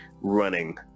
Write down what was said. running